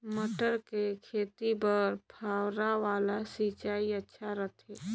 मटर के खेती बर फव्वारा वाला सिंचाई अच्छा रथे?